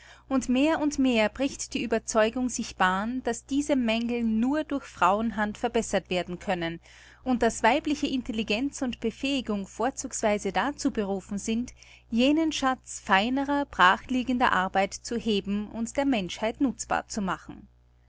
und mehr und mehr bricht die ueberzeugung sich bahn daß diese mängel nur durch frauenhand verbessert werden können und daß weibliche intelligenz und befähigung vorzugsweise dazu berufen sind jenen schatz feinerer brach liegender arbeit zu heben und der menschheit nutzbar zu machen